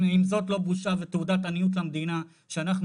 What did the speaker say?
אם זאת לא בושה ותעודת עניות למדינה שאנחנו